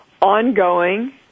ongoing